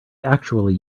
actually